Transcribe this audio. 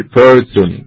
person